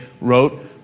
wrote